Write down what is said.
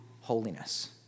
holiness